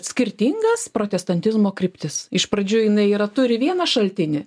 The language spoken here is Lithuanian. skirtingas protestantizmo kryptis iš pradžių jinai yra turi vieną šaltinį